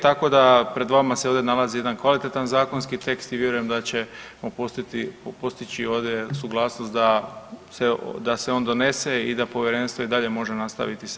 Tako da pred vama se ovdje nalazi jedan kvalitetan zakonski tekst i vjerujem da ćemo postići određenu suglasnost da se on donese i da povjerenstvo i dalje može nastaviti s radom.